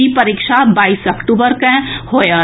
ई परीक्षा बाईस अक्टूबर के होएत